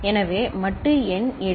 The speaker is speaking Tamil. எனவே மட்டு எண் 8